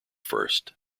first